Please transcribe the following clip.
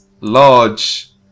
large